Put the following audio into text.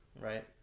right